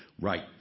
Right